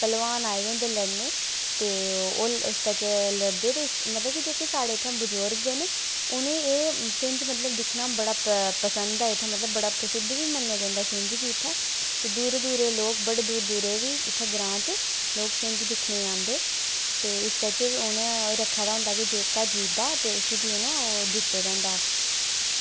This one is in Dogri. पहलवान आये दे होंदे लड़ने ते ओह् उसदे च लड़दे ते मतलब कि जेह्के साढ़े इत्थैं बजुर्ग न उनेंगी एह् छिंज मतलव दिक्खना बड़ा प पसंद ऐ इत्थै मतलब बड़ा प्रसिद्ध बी मन्नेआ जंदा छिंज गी इत्थै ते दूरे दूरे दे लोक बड़े दूरे दूरे दे बी इत्थें ग्रांऽ च लोक छिंज दिक्खने आंदे ते इसदे च उनैं रक्खे दा होंदा की जेह्का जीता ते उस्सी फ्ही ओह् दित्ते दा होंदा